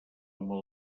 moda